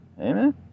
amen